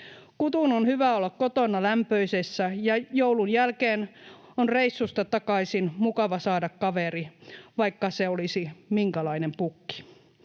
Kutun on hyvä olla kotona lämpöisessä, ja joulun jälkeen on reissusta takaisin mukava saada kaveri, vaikka se olisi minkälainen pukki.